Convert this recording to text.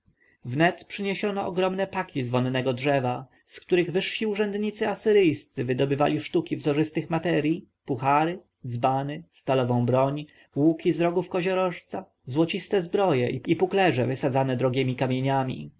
wnet przyniesiono ogromne paki z wonnego drzewa z których wyżsi urzędnicy asyryjscy wydobywali sztuki wzorzystych materyj puhary dzbany stalową broń łuki z rogów koziorożca złociste zbroje i puklerze wysadzone drogiemi kamieniami